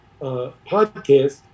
podcast